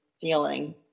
feeling